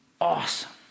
awesome